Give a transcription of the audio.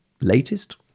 latest